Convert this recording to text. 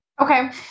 Okay